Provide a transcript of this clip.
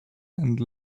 and